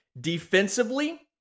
Defensively